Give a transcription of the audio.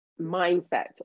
mindset